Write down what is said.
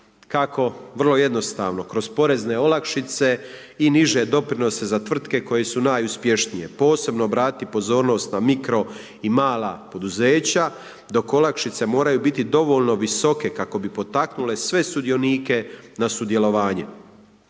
Kako? Vrlo jednostavno kroz porezne olakšice i niže doprinose za tvrtke koje su najuspješnije. Posebno obratiti pozornost na mikro i mala poduzeća dok olakšice moraju biti dovoljno visoke kako bi potaknule sve sudionike na sudjelovanje.